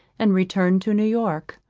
and returned to new-york.